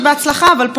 אבל פונים אליו,